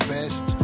Best